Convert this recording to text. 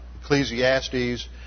Ecclesiastes